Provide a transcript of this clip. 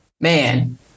man